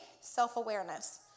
self-awareness